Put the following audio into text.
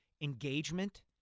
engagement